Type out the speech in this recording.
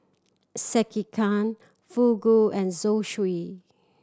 Sekihan Fugu and Zosui